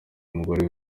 umugore